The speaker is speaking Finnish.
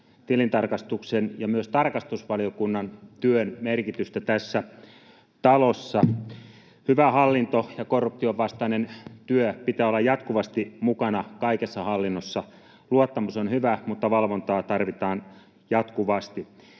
tilintarkastuksen ja myös tarkastusvaliokunnan työn merkitystä tässä talossa. Hyvän hallinnon ja korruptionvastaisen työn pitää olla jatkuvasti mukana kaikessa hallinnossa. Luottamus on hyvä, mutta valvontaa tarvitaan jatkuvasti.